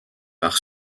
par